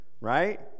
Right